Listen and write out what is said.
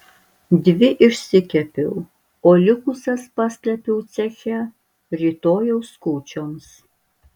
dvi išsikepiau o likusias paslėpiau ceche rytojaus kūčioms